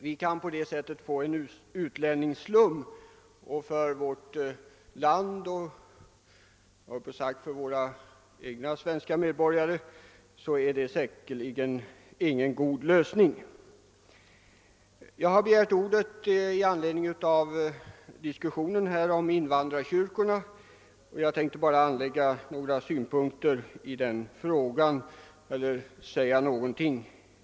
Vi kan annars få en utlänningsslum, och för vårt land och dess medborgare i övrigt är det säkerligen ingen god lösning. Jag har begärt ordet med anledning av diskussionen om invandrarkyrkorna och vill anlägga några synpunkter i detta sammanhang.